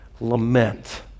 lament